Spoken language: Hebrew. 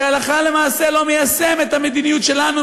שהלכה למעשה לא מיישם את המדיניות שלנו,